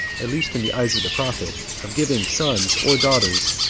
at least in the eyes of the prophet, of giving sons, or daughters,